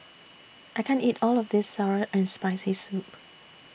I can't eat All of This Sour and Spicy Soup